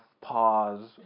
pause